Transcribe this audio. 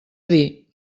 dir